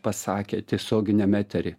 pasakė tiesioginiam etery